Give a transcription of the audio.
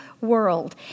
world